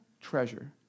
treasure